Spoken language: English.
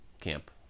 camp